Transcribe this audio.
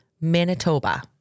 Manitoba